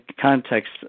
context